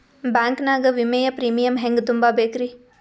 Bank ನಾಗ ವಿಮೆಯ premium ಹೆಂಗ್ ತುಂಬಾ ಬೇಕ್ರಿ?